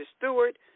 Stewart